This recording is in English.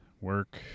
work